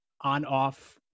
on-off